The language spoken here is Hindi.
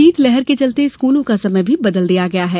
शीतलहर के चलते स्कूलों का समय भी बदल दिया गया है